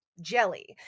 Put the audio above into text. jelly